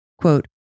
Quote